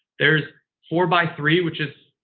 there's four by three, which is,